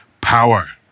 power